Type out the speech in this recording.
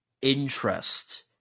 interest